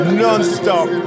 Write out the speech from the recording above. non-stop